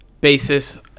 basis